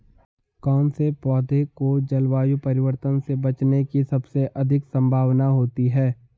कौन से पौधे को जलवायु परिवर्तन से बचने की सबसे अधिक संभावना होती है?